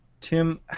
Tim